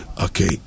Okay